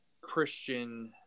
Christian